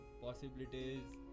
possibilities